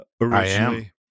Originally